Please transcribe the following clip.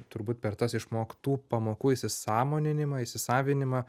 turbūt per tas išmoktų pamokų įsisąmoninimą įsisavinimą